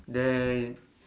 then